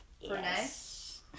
Yes